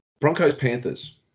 Broncos-Panthers